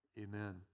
Amen